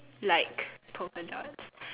like polka dots